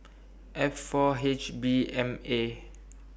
F four H B M A